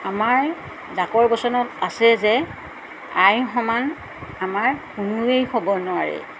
আমাৰ ডাকৰ বচনত আছে যে আই সমান আমাৰ কোনোৱেই হ'ব নোৱাৰে